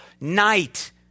night